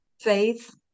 faith